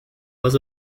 was